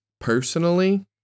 personally